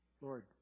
Lord